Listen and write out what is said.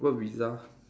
work visa